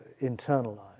internalized